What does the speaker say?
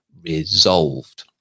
resolved